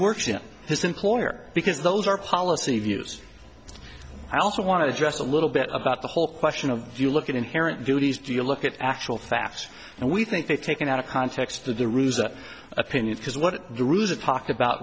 works in his employer because those are policy views i also want to address a little bit about the whole question of if you look at inherent duties do you look at actual facts and we think they've taken out of context of the ruse that opinion because what the ruse of talked about